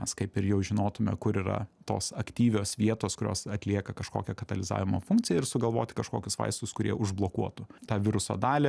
mes kaip ir jau žinotume kur yra tos aktyvios vietos kurios atlieka kažkokią katalizavimo funkciją ir sugalvoti kažkokius vaistus kurie užblokuotų tą viruso dalį